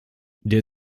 der